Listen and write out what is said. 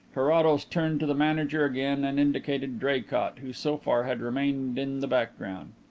carrados turned to the manager again and indicated draycott, who so far had remained in the background.